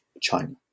China